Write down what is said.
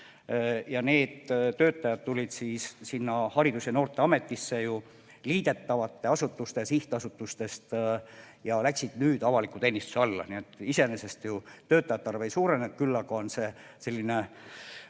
Ja need töötajad tulid Haridus- ja Noorteametisse liidetavate asutuste sihtasutustest ja läksid nüüd avaliku teenistuse alla. Nii et iseenesest töötajate arv ei suurenenud, küll aga on see selline